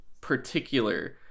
particular